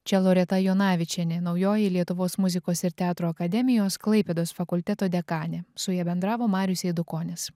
čia loreta jonavičienė naujoji lietuvos muzikos ir teatro akademijos klaipėdos fakulteto dekanė su ja bendravo marius eidukonis